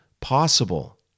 possible